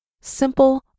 simple